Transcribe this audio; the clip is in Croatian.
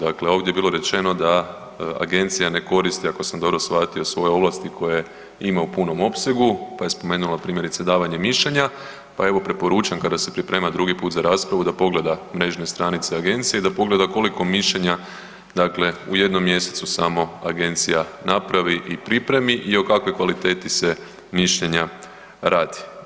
Dakle, ovdje je bilo rečeno da agencija ne koristi ako sam dobro shvatio svoje ovlasti koje ima u punom opsegu, pa je spomenula primjerice davanje mišljenja, pa evo preporučam kada se priprema drugi put za raspravu da pogleda mrežne stranice agencije, da pogleda koliko mišljenja dakle u jednom mjesecu samo agencija napravi i pripremi i o kakvoj kvaliteti se mišljenja radi.